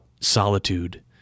solitude